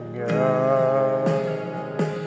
God